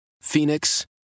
Phoenix